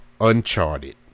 uncharted